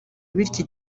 bityo